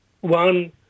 one